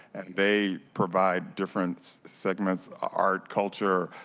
they provide different segments, art, culture,